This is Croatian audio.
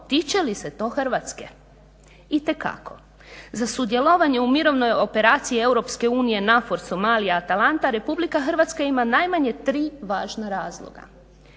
tiče li se to Hrvatske? Itekako. Za sudjelovanje u Mirovnoj operaciji EU NAVFOR Somalija-Atalanta RH ima najmanje ima tri važna razloga.